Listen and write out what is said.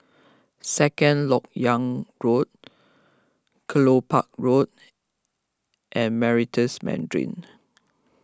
Second Lok Yang Road Kelopak Road and Meritus Mandarin